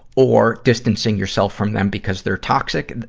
or distancing yourself from them because they're toxic,